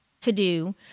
to-do